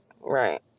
Right